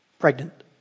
Pregnant